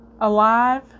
alive